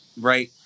Right